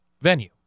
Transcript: venue